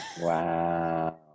Wow